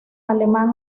alemán